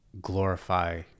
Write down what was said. glorify